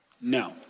No